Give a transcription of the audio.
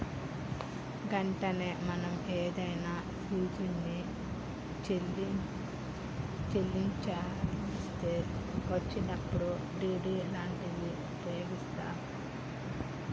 గట్లనే మనం ఏదన్నా ఫీజుల్ని చెల్లించాల్సి వచ్చినప్పుడు డి.డి లాంటివి ఉపయోగిస్తాం